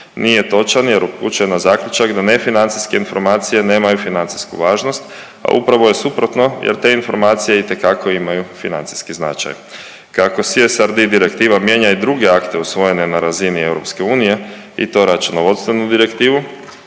nije točan jer upućuje na zaključak da nefinancijske informacije nemaju financijsku važnost, a upravo je suprotno jer te informacije itekako imaju financijski značaj. Kako CSRD direktiva mijenja i druge akte usvojene na razini EU i to Računovodstvenu direktivu,